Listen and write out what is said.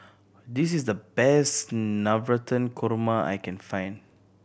this is the best Navratan Korma I can find